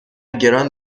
گران